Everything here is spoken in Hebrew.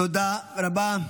תודה רבה.